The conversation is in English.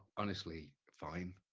honestly fine.